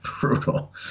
brutal